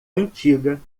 antiga